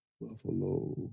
Buffalo